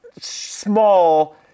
small